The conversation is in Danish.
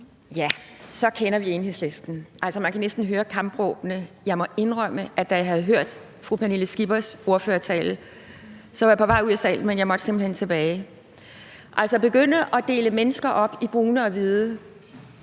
Tak. Så kender vi Enhedslisten. Man kan næsten høre kampråbene. Jeg må indrømme, at da jeg havde hørt fru Pernille Skippers ordførertale, var jeg på vej ud af salen, men jeg måtte simpelt hen tilbage. At dele mennesker op i brune og hvide